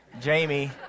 Jamie